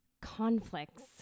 conflicts